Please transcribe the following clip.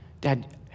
Dad